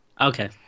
Okay